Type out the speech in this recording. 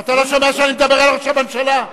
אתה רואה שאני מדבר לראש הממשלה.